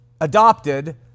adopted